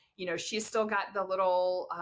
you know she's still got the little, ah,